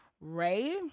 Ray